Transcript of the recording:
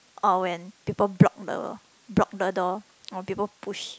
or when people block the block the door or people push